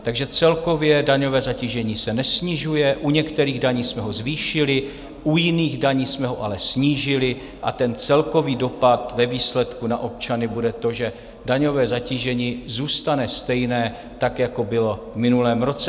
Takže celkově daňové zatížení se nesnižuje, u některých daní jsme ho zvýšili, u jiných daní jsme ale snížili, a celkový dopad ve výsledku na občany bude to, že daňové zatížení zůstane stejné, jako bylo v minulém roce.